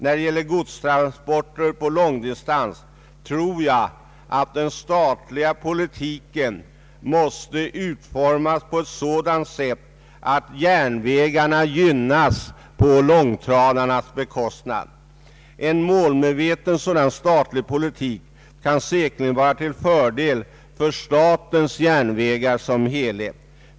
När det gäller godstransporter på långdistans tror jag att den statliga politiken måste utformas på ett sådant sätt att järnvägarna gynnas på långtradartrafikens bekostnad. En målmedveten sådan statlig politik kan säkerligen vara till fördel för statens järnvägar som helhet.